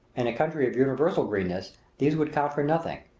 in a country of universal greenness these would count for nothing,